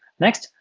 next,